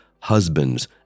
husbands